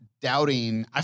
doubting